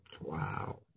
Wow